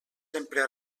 sempre